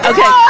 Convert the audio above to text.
Okay